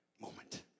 moment